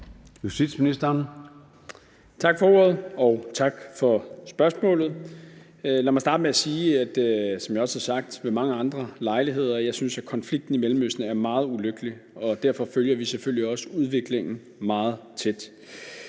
som jeg også har sagt ved mange andre lejligheder, at jeg synes, at konflikten i Mellemøsten er meget ulykkelig, og derfor følger vi selvfølgelig også udviklingen meget tæt.